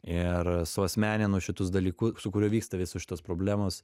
ir suasmeninu šituos dalyku su kuriuo vyksta visos šitos problemos